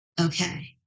Okay